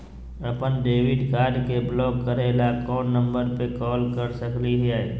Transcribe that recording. अपन debit card के block करे ला कौन नंबर पे कॉल कर सकली हई?